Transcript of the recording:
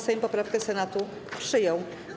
Sejm poprawkę Senatu przyjął.